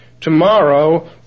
Tomorrow